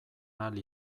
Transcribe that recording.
ahal